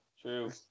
True